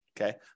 okay